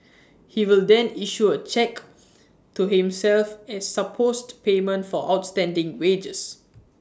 he will then issue A cheque to himself as supposed payment for outstanding wages